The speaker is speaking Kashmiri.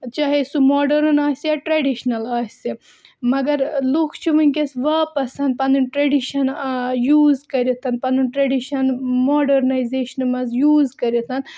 چاہے سُہ ماڈٲرٕن آسہِ یا ٹرٛیڈِشنَل آسہِ مگر لُکھ چھِ وٕنکیٚس واپَس پَنٕنۍ ٹرٛیڈِشَن یوٗز کٔرِتھ پَنُن ٹرٛیڈِشَن ماڈٲرنایزیشَنہٕ منٛز یوٗز کٔرِتھ